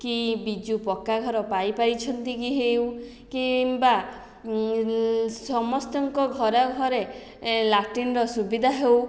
କି ବିଜୁ ପକ୍କା ଘର ପାଇପାରିଛନ୍ତି କି ହେଉ କିମ୍ବା ସମସ୍ତଙ୍କ ଘରେ ଘରେ ଲାଟ୍ରିନ୍ର ସୁବିଧା ହେଉ